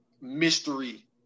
mystery